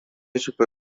chupe